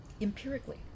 Empirically